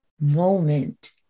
moment